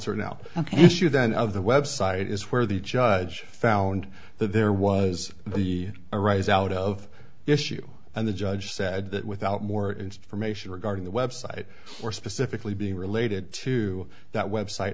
then of the website is where the judge found that there was the arise out of the issue and the judge said that without more information regarding the website or specifically being related to that website